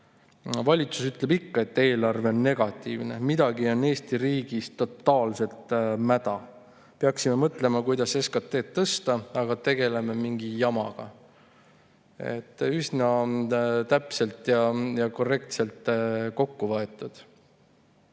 valitsus ütleb ikka, et eelarve on negatiivne. Midagi on Eesti riigis totaalselt mäda. Peaksime mõtlema, kuidas Eesti SKP-d […] tõsta, aga tegeleme selle asemel mingi jamaga." Üsna täpselt ja korrektselt kokku võetud.